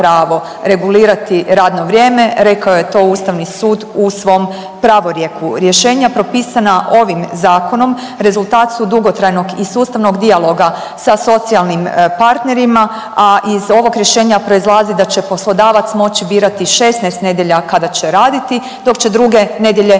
regulirati radno vrijeme. Rekao je to Ustavni sud u svom pravorijeku. Rješenja propisana ovim zakonom rezultat su dugotrajnog i sustavnog dijaloga sa socijalnim partnerima, a iz ovog rješenja proizlazi da će poslodavac moći birati 16 nedjelja kada će raditi, dok će druge nedjelje